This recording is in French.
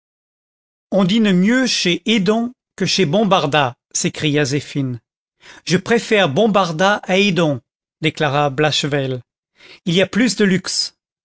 on dîne mieux chez edon que chez bombarda s'écria zéphine je préfère bombarda à edon déclara blachevelle il a plus de luxe